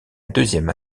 deuxième